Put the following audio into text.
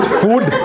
food